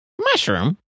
Mushroom